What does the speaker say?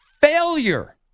failure